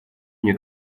мне